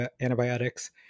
antibiotics